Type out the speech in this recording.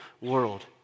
world